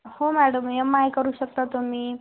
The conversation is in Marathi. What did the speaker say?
हो मॅडम ई एम आय करू शकता तुम्ही